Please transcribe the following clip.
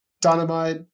Dynamite